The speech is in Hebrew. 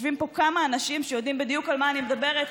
יושבים כאן כמה אנשים שיודעים בדיוק על מה אני מדברת,